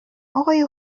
اقای